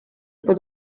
pod